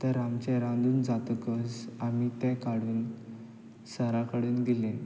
तर आमचें रांदून जातकच आमी तें काडून सरा कडेन दिलें